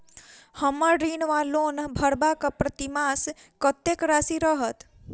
हम्मर ऋण वा लोन भरबाक प्रतिमास कत्तेक राशि रहत?